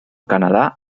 canadà